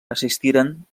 assistiren